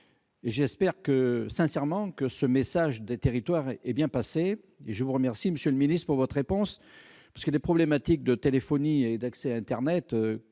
j'espère sincèrement que ce message des territoires est bien passé. Je vous remercie, monsieur le ministre, de votre réponse. Les problématiques de téléphonie et d'accès à internet